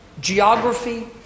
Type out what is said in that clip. geography